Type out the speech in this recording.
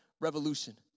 revolution